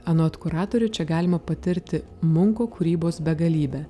anot kuratorių čia galima patirti munko kūrybos begalybę